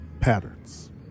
Patterns